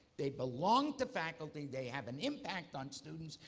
they belong to faculty. they have an impact on students.